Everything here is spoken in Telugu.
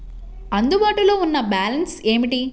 అందుబాటులో ఉన్న బ్యాలన్స్ ఏమిటీ?